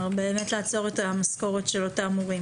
לעצור את המשכורת של אותם מורים.